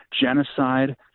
genocide